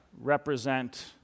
represent